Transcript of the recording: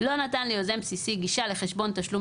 לא נתן ליוזם בסיסי גישה לחשבון תשלום